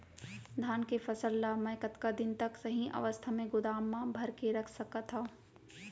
धान के फसल ला मै कतका दिन तक सही अवस्था में गोदाम मा भर के रख सकत हव?